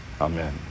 Amen